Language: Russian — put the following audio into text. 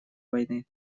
войны